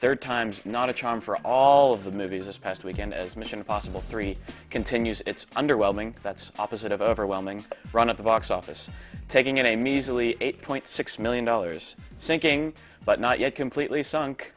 are times not a charm for all of the movies this past weekend as mission impossible three continues its underwhelming that's opposite of overwhelming run of the box office taking in a measly eight point six million dollars sinking but not yet completely sunk